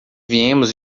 viemos